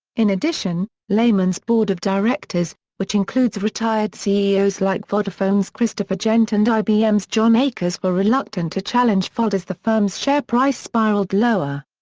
in addition, lehman's board of directors, which includes retired ceos like vodafone's christopher gent and ibm's john akers were reluctant to challenge fuld as the firm's share price spiraled lower.